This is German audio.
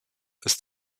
ist